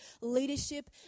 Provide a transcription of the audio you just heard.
leadership